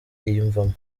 yiyumvamo